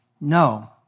No